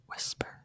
whisper